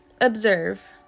Observe